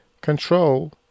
Control